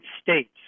States